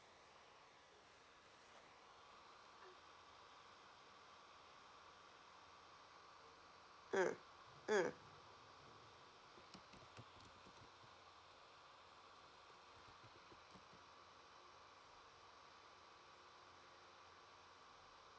mm mm